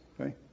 okay